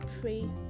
pray